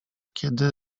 kiedy